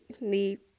need